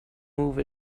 move